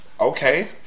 Okay